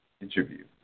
interview